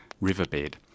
riverbed